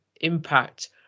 impact